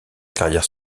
carrière